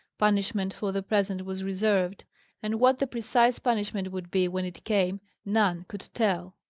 punishment for the present was reserved and what the precise punishment would be when it came, none could tell.